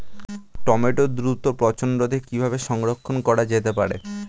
টমেটোর দ্রুত পচনরোধে কিভাবে সংরক্ষণ করা যেতে পারে?